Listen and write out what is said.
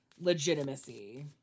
legitimacy